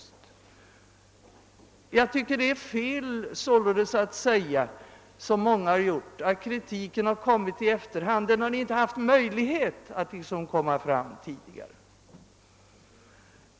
Jag tycker således att det är fel att säga som många har gjort, att kritiken har kommit i efterhand; den har inte haft möjlighet att komma fram tidigare.